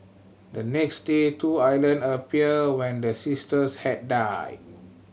the next day two island appeared when the sisters had died